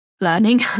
learning